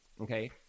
okay